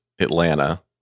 Atlanta